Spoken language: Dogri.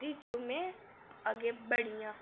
दीैजो में अग्गे बढ़ी आं